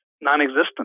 non-existent